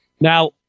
Now